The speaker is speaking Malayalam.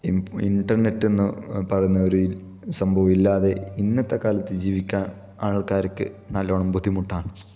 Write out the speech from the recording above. ഇന്റർനെറ്റ് എന്ന് പറയുന്ന ഒരു സംഭവമില്ലാതെ ഇന്നത്തെ കാലത്ത് ജീവിക്കാൻ ആൾക്കാർക്ക് നല്ലോണം ബുദ്ധിമുട്ടാണ്